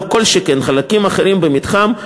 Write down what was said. כל שכן חלקים אחרים במתחם,